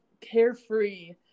carefree